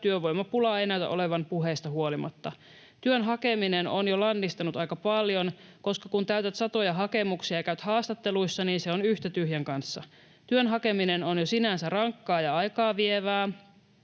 työvoimapulaa ei näytä olevan puheista huolimatta. Työn hakeminen on jo lannistunut aika paljon, koska kun täytät satoja hakemuksia ja käyt haastatteluissa, niin se on yhtä tyhjän kanssa. Työn hakeminen on jo sinänsä rankkaa ja aikaavievää.